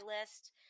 list